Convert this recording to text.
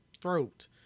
throat